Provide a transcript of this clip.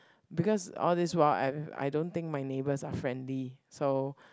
because all these while I've I don't think my neighbours are friendly so